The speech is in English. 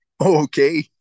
Okay